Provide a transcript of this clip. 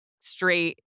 straight